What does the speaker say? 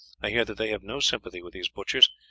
i hear that they have no sympathy with these butchers,